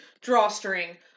drawstring